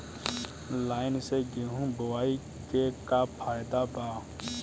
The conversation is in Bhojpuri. लाईन से गेहूं बोआई के का फायदा बा?